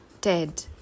Ted